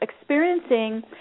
experiencing